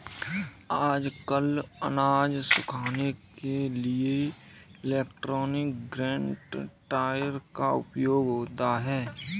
आजकल अनाज सुखाने के लिए इलेक्ट्रॉनिक ग्रेन ड्रॉयर का उपयोग होता है